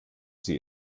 sie